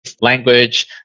language